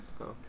Okay